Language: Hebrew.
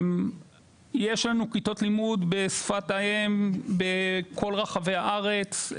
יש לנו כיתות לימוד בשפת האם בכל רחבי הארץ.